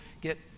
get